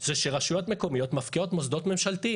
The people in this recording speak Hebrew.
הוא שרשויות מקומיות מפקיעות מוסדות ממשלתיים.